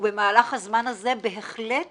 במהלך הזמן הזה בהחלט